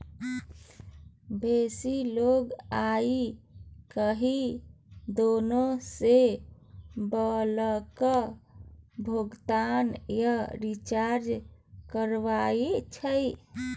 बेसी लोक आइ काल्हि दोकाने सँ बिलक भोगतान या रिचार्ज करबाबै छै